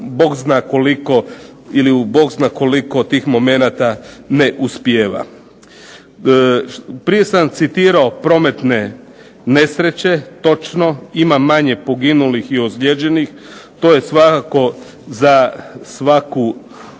Bog zna koliko momenata ne uspijeva. Prije sam citirao prometne nesreće, točno ima manje poginulih i ozlijeđenih, to je svakako za svaku pohvalu,